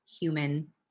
human